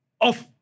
off